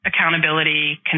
accountability